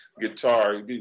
guitar